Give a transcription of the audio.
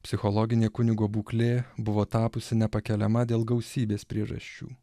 psichologinė kunigo būklė buvo tapusi nepakeliama dėl gausybės priežasčių